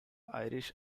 irish